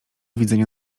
widzenia